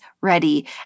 ready